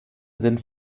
sind